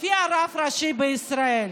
לפי הרב הראשי לישראל,